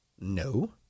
No